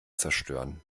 zerstören